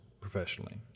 professionally